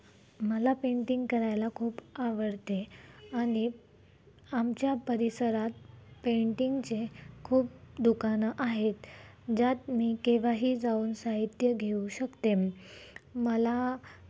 मला पेंटिंग करायला खूप आवडते आणि आमच्या परिसरात पेंटिंगचे खूप दुकानं आहेत ज्यात मी केव्हाही जाऊन साहित्य घेऊ शकते मला